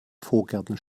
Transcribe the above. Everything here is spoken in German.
vorgärten